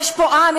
יש פה עם,